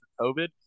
COVID